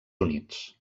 units